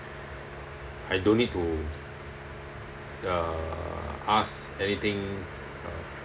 I don't need to uh ask anything